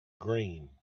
green